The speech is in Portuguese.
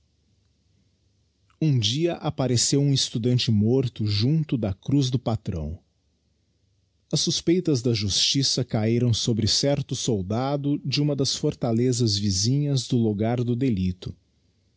um dia appareceu um estudante morto junto da cruz do patrão as suspeitas da justiça cahiram sobre certo soldado de uma das fortalezas vizinhas do logar do delicto